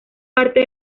parte